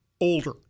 older